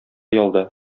ялда